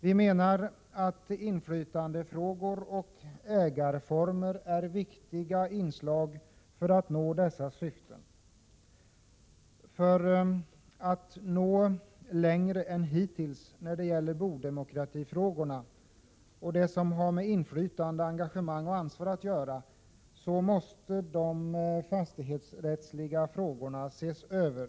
Vi menar att inflytandefrågor och ägarformer är viktiga inslag för att nå dessa syften. För att nå längre än hittills när det gäller bodemokratifrågorna och det som har med inflytandet, engagemang och ansvar att göra så måste de fastighetsrättsliga frågorna ses över.